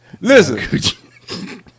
Listen